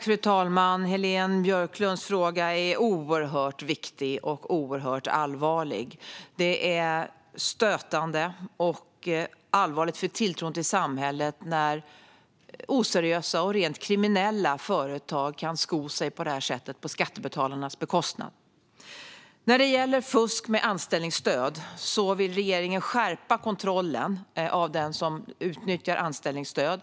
Fru talman! Heléne Björklunds fråga är oerhört viktig och allvarlig. Det är stötande och allvarligt för tilltron till samhället när oseriösa och rent kriminella företag kan sko sig på detta sätt på skattebetalarnas bekostnad. När det gäller fusk med anställningsstöd vill regeringen skärpa kontrollen av dem som utnyttjar sådant stöd.